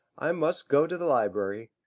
i must go to the library.